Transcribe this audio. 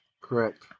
Correct